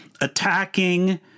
attacking